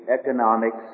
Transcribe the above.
economics